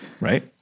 right